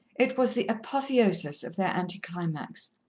it was the apotheosis of their anti-climax.